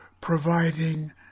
providing